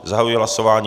Zahajuji hlasování.